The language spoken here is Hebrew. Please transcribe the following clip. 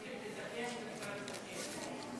איציק, לסכם נקרא לסכם.